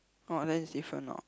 oh then it's different lor